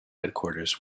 headquarters